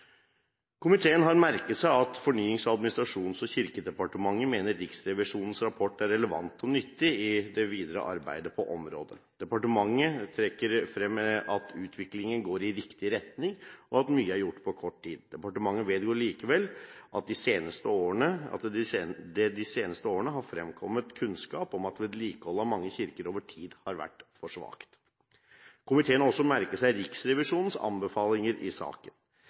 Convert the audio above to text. Komiteen har merket seg at Fornyings-, administrasjons- og kirkedepartementet mener Riksrevisjonens rapport er relevant og nyttig i det videre arbeidet på området. Departementet trekker frem at utviklingen går i riktig retning, og at mye er gjort på kort tid. Departementet vedgår likevel at det de seneste årene har fremkommet kunnskap om at vedlikeholdet av mange kirker over tid har vært for svakt. Komiteen har også merket seg Riksrevisjonens anbefalinger i saken.